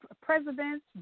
Presidents